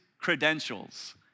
credentials